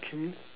okay